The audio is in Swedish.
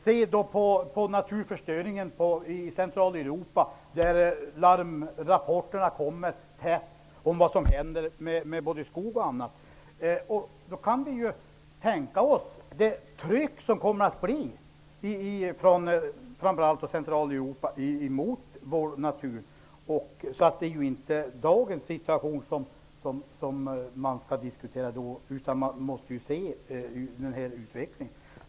Låt oss se på naturförstöringen i Centraleuropa, där larmrapporterna duggar tätt om vad som händer med bl.a. skogen. Då kan vi tänka oss det tryck som det kommer att bli från framför allt Centraleuropa på vår natur. Det är inte dagens situation som vi skall diskutera, utan vi måste se på utvecklingen.